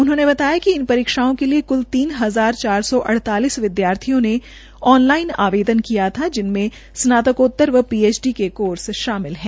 उन्होंने बताया कि इन परीक्षाओ के लिए क्ल तीन हजार चार सौ अड़तालीस विद्यार्थियों ने ऑन लाइन आवेदन किया था जिनमें स्नातकोतर व पी एच डी के कोर्स शामिल है